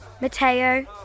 Mateo